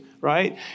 right